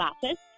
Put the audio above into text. classes